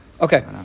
Okay